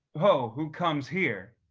ho, who comes here?